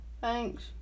Thanks